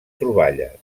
troballes